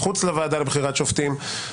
מחוץ לוועדה לבחירת שופטים.